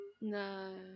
No